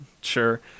sure